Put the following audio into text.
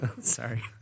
sorry